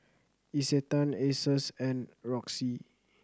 Isetan Asus and Roxy